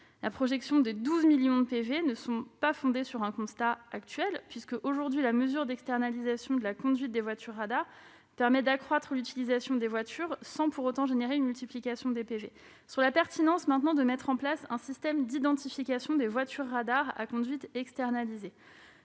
le chiffre de 12 millions de PV n'est fondée sur aucun constat. Aujourd'hui, la mesure d'externalisation de la conduite des voitures radars permet d'accroître l'utilisation des voitures, sans pour autant engendrer une multiplication des PV. S'agissant de la pertinence de mettre en place un système d'identification des voitures radars à conduite externalisée,